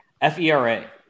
FERA